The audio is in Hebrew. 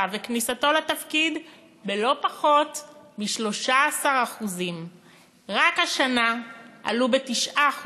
וכניסתו לתפקיד בלא פחות מ-13%; רק השנה הם עלו ב-9%,